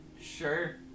Sure